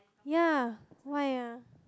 ya why ah